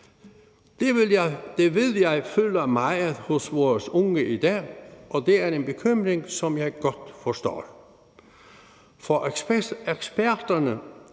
Det ved jeg fylder meget hos vores unge i dag, og det er en bekymring, som jeg godt forstår, for eksperterne